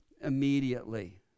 immediately